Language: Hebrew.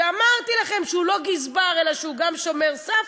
ואמרתי לכם שהוא לא גזבר אלא הוא גם שומר סף,